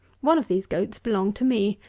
one of these goats belonged to me,